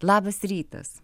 labas rytas